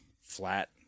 flat